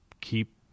keep